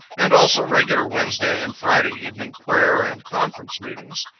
and also regular wednesday and friday evening prayer and conference meetings.